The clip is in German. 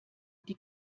die